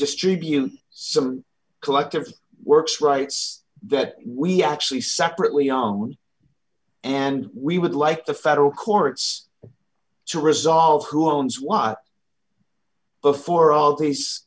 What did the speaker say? distribute some collective works rights that we actually separately young and we would like the federal courts to resolve who owns what before all these